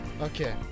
Okay